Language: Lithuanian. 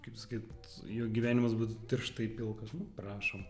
kaip sakyt jo gyvenimas būtų tirštai pilkas nu prašom